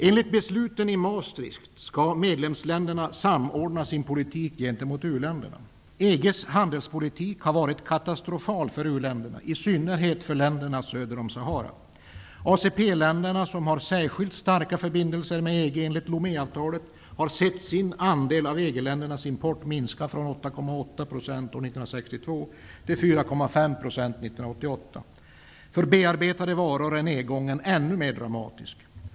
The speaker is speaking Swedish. Enligt besluten i Maastricht skall medlemsländerna samordna sin politik gentemot u-länderna. EG:s handelspolitik har varit katastrofal för u-länderna, i synnerhet för länderna söder om Sahara. ACP länderna, som har särskilt starka förbindelser med EG enligt Lome avtalet, har sett sin andel av EG ländernas import minska från 8,8 % år 1962 till 4,5 % år 1988. För bearbetade varor är nedgången ännu mer dramatisk.